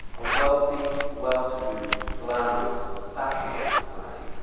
a wealthy, well-to-do, glamorous, fashionable society.